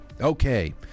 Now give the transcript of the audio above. Okay